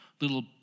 little